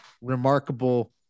remarkable